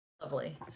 Lovely